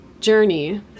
journey